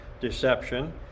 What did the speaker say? deception